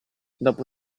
dopo